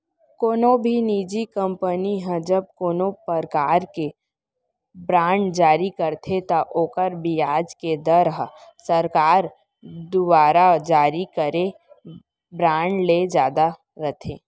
कोनो भी निजी कंपनी ह जब कोनों परकार के बांड जारी करथे त ओकर बियाज के दर ह सरकार दुवारा जारी करे बांड ले जादा रथे